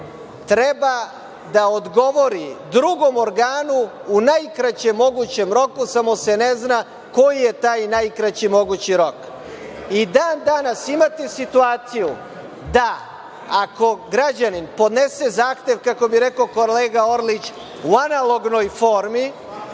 treba da odgovori drugom organu u najkraćem mogućem roku, samo se ne zna koji je taj najkraći mogući rok. I dan danas imate situaciju da ako građanin podnese zahtev, kako bi rekao kolega Orlić, u analognoj formi,